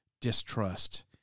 distrust